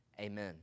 Amen